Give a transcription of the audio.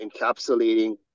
encapsulating